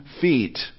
feet